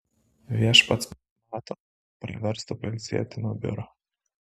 viešpats mato praverstų pailsėti nuo biuro